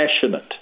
passionate